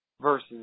versus